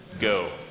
go